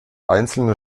einzelne